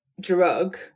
drug